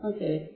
Okay